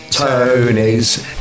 Tony's